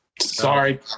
Sorry